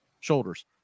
shoulders